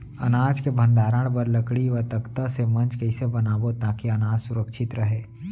अनाज के भण्डारण बर लकड़ी व तख्ता से मंच कैसे बनाबो ताकि अनाज सुरक्षित रहे?